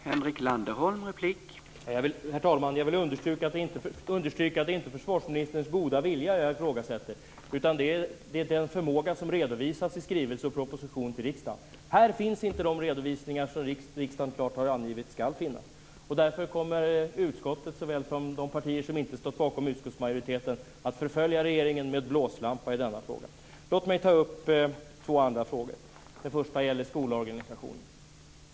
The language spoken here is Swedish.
Herr talman! Jag vill understryka att det inte är försvarsministerns goda vilja som jag ifrågasätter, utan den förmåga som redovisas i skrivelse och proposition till riksdagen. Där finns inte de redovisningar som riksdagen klart har angivit skall finnas. Därför kommer såväl utskottet som de partier som inte stått bakom utskottsmajoriteten att förfölja regeringen med blåslampa i denna fråga. Låt mig ta upp två andra frågor. Den första gäller skolorganisationen.